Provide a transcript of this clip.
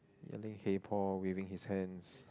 yelling hey Paul waving his hands